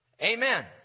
Amen